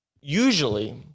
usually